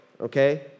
okay